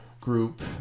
group